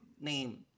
name